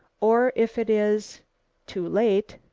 or if it is too late,